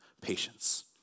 patience